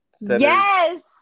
Yes